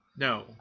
No